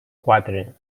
quatre